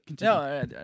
No